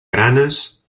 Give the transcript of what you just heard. granes